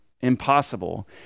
impossible